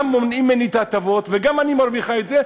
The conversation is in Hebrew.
גם מונעים ממני את ההטבות וגם אני מרוויחה את זה?